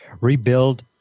Rebuild